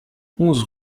onze